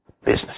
business